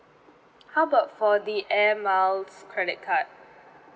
how about for the air miles credit card